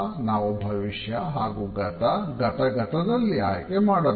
ನಾವು ಭವಿಷ್ಯ ಹಾಗು ಗತ ಗತ ಗತದಲ್ಲಿ ಆಯ್ಕೆ ಮಾಡಬೇಕು